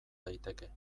daiteke